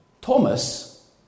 Thomas